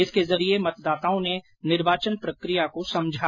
इसके जरिये मतदाताओं ने निर्वाचन प्रक्रिया को समझा